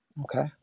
Okay